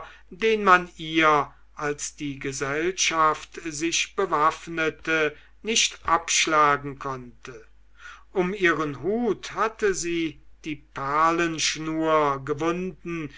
den man ihr als die gesellschaft sich bewaffnete nicht abschlagen konnte um ihren hut hatte sie die perlenschnur gewunden